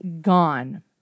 gone